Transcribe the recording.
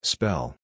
Spell